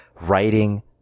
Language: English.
writing